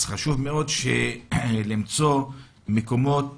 חשוב מאוד למצוא מקומות